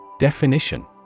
Definition